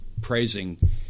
praising